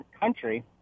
country